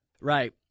Right